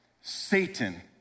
Satan